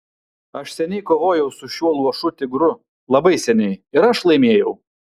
aš seniai kovojau su šiuo luošu tigru labai seniai ir aš laimėjau